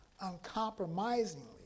uncompromisingly